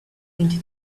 into